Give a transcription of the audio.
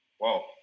Wow